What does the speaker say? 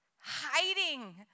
hiding